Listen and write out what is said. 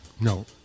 No